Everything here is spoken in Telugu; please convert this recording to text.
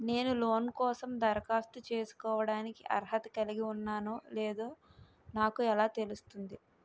నేను లోన్ కోసం దరఖాస్తు చేసుకోవడానికి అర్హత కలిగి ఉన్నానో లేదో నాకు ఎలా తెలుస్తుంది?